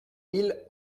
mille